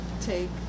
Take